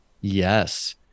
Yes